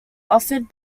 offered